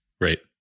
Right